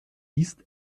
east